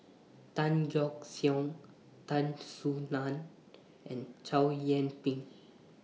Tan Yeok Seong Tan Soo NAN and Chow Yian Ping